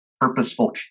purposeful